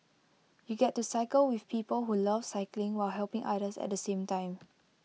you get to cycle with people who love cycling while helping others at the same time